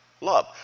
love